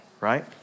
right